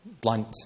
blunt